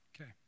Okay